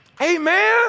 Amen